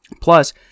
Plus